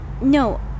No